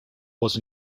was